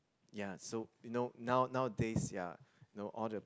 ya so you know now nowadays ya you know all the